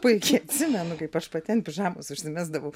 puikiai atsimenu kaip aš pati ant pižamos užsimesdavau